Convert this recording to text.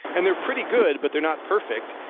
and they're pretty good, but they're not perfect.